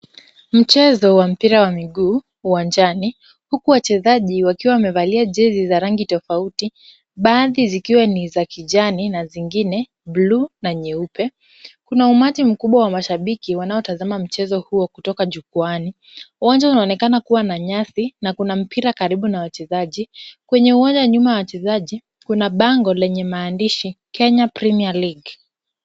Mchezo wa mpira wa miguu uwanjani huku wachezaji wakiwa wamevalia jezi za rangi tofauti baadhi zikiwa ni za kijani na zingine bluu na nyeupe. Kuna umati mkubwa wa mashabiki wanaotazama mchezo huo kutoka jukwaani. Uwanja unaonekana kuwa na nyasi na kuna mpira karibu na wachezaji. Kwenye uwanja nyuma ya wachezaji kuna bango lenye maandishi Kenya Premier League.